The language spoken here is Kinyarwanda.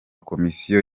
komisiyo